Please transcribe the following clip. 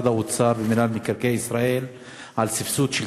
משרד האוצר ומינהל מקרקעי ישראל על סבסוד של